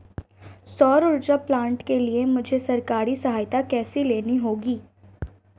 सौर ऊर्जा प्लांट के लिए मुझे सरकारी सहायता कैसे लेनी होगी?